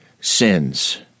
sins